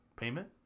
Payment